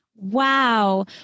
Wow